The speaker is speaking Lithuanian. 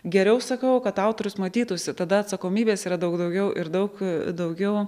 geriau sakau kad autorius matytųsi tada atsakomybės yra daug daugiau ir daug daugiau